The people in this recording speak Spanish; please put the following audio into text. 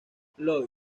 louis